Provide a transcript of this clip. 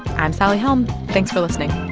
i'm sally helm. thanks for listening